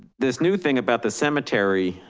this new thing about the cemetery